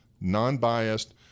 non-biased